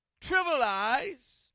trivialize